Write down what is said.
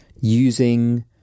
using